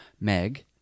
Meg